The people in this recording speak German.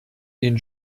den